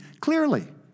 clearly